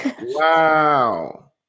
Wow